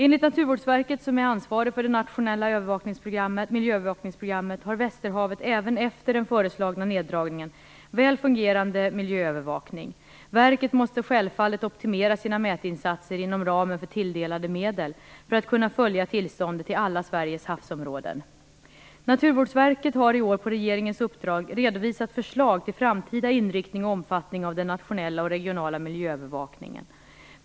Enligt Naturvårdsverket, som är ansvarigt för det nationella miljöövervakningsprogrammet, har Västerhavet även efter den föreslagna neddragningen väl fungerande miljöövervakning. Verket måste självfallet optimera sina mätinsatser inom ramen för tilldelade medel för att kunna följa tillståndet i alla Sveriges havsområden. Naturvårdsverket har i år på regeringens uppdrag redovisat förslag till framtida inriktning och omfattning av den nationella och regionala miljöövervakningen.